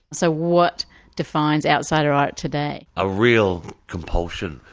so what defines outsider art today? a real compulsion.